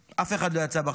אף אחד לא יצא בחיים.